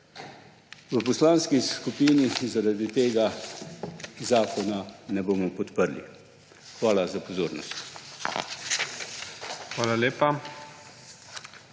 V poslanski skupini zaradi tega zakona ne bomo podprli. Hvala za pozornost.